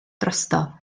drosto